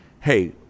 hey